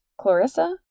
Clarissa